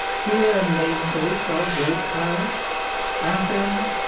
hear, namesake of great pallas athens,